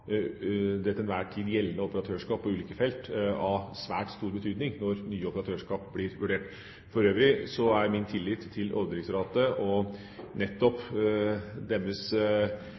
det til enhver tid gjeldende operatørskap på ulike felt av svært stor betydning når nye operatørskap blir vurdert. For øvrig er min tillit til Oljedirektoratet – og nettopp deres